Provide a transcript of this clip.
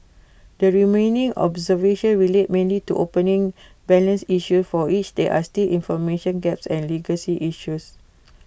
the remaining observations relate mainly to opening balance issues for which there are still information gaps and legacy issues